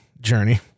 journey